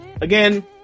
again